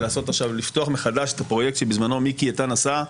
לפתוח מחדש את הפרויקט שבזמנו מיקי איתן עשה,